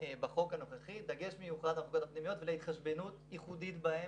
בחוק הנוכחי דגש מיוחד על המחלקות הפנימיות ולהתחשבנות ייחודית בהן,